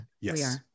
Yes